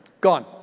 Gone